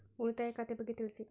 ಉಳಿತಾಯ ಖಾತೆ ಬಗ್ಗೆ ತಿಳಿಸಿ?